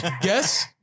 guess